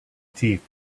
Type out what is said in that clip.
teeth